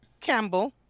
Campbell